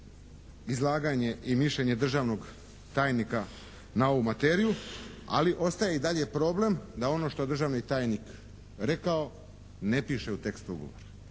izlaganje i mišljenje državnog tajnika na ovu materiju, ali ostaje i dalje problem da ono što je državni tajnik rekao ne piše u tekstu ugovora.